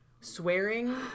swearing